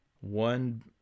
one